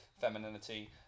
femininity